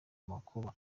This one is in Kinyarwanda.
makuba